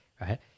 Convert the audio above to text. right